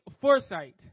foresight